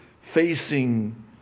facing